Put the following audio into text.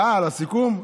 אה, לסיכום?